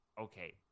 okay